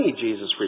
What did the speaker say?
Jesus